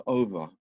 over